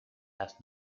las